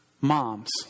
moms